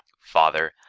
father,